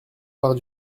part